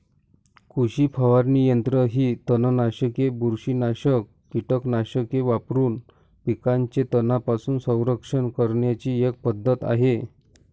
कृषी फवारणी यंत्र ही तणनाशके, बुरशीनाशक कीटकनाशके वापरून पिकांचे तणांपासून संरक्षण करण्याची एक पद्धत आहे